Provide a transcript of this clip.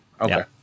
okay